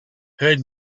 heard